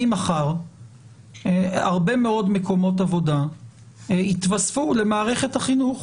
ממחר הרבה מאוד מקומות עבודה יתווספו למערכת החינוך,